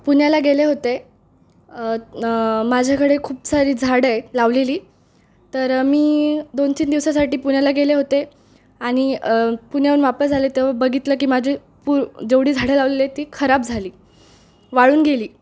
पुण्याला गेले होते माझ्याकडे खूप सारी झाडं आहे लावलेली तर मी दोन तीन दिवसासाठी पुण्याला गेले होते आणि पुण्याहून वापस आले तेव्हा बघितलं की माझी पु जेवढी झाडं लावलेली आहे ती खराब झाली वाळून गेली